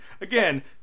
Again